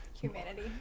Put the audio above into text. humanity